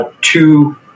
two